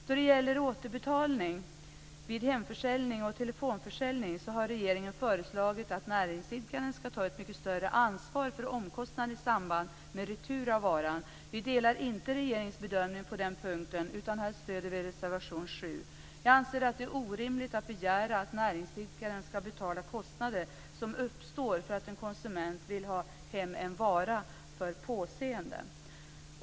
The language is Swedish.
Då det gäller återbetalning vid hemförsäljning och telefonförsäljning har regeringen föreslagit att näringsidkaren ska ta ett mycket större ansvar för omkostnader i samband med retur av varan. Vi delar inte regeringens bedömning på den punkten utan stöder reservation 7. Jag anser att det är orimligt att begära att näringsidkaren ska betala kostnader som uppstår därför att en konsument vill ha hem en vara för påseende.